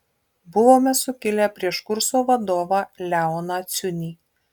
buvome sukilę prieš kurso vadovą leoną ciunį